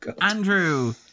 Andrew